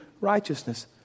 righteousness